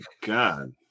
God